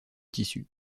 tissus